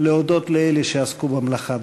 להודות לאלה שעסקו במלאכה.